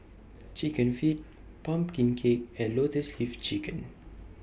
Chicken Feet Pumpkin Cake and Lotus Leaf Chicken